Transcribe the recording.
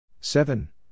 Seven